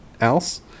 else